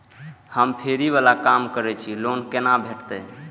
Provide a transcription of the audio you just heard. हम फैरी बाला काम करै छी लोन कैना भेटते?